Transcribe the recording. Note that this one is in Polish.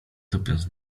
tupiąc